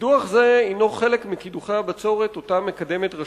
קידוח זה הינו חלק מקידוחי הבצורת שרשות המים מקדמת.